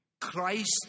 Christ